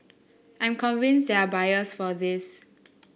I'm convinced there are buyers for this